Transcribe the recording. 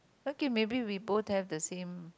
okay maybe we both have the same